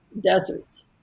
deserts